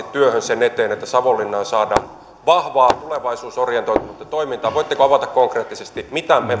työhön sen eteen että savonlinnaan saadaan vahvaa tulevaisuusorientoitunutta toimintaa voitteko avata konkreettisesti mitä me